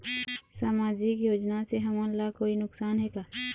सामाजिक योजना से हमन ला कोई नुकसान हे का?